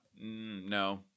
no